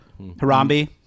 Harambe